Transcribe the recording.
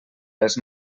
les